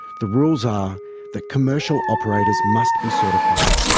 the rules are that commercial operators must be certified.